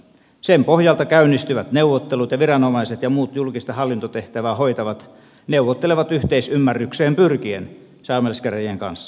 sen pohjalta käynnistyvät neuvottelut ja viranomaiset ja muut julkista hallintotehtävää hoitavat neuvottelevat yhteisymmärrykseen pyrkien saamelaiskäräjien kanssa